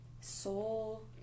Soul